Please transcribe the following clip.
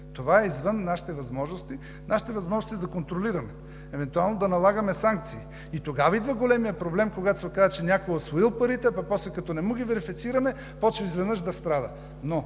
възможности. Нашите възможности са да контролираме, евентуално да налагаме санкции и тогава идва големият проблем, когато се оказва, че някой е усвоил парите, а пък после като не му ги верифицираме, започва изведнъж да страда.